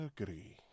agree